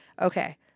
Okay